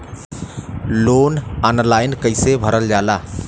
Loan online कइसे भरल जाला?